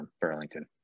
Burlington